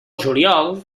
juliol